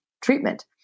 treatment